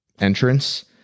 entrance